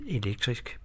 elektrisk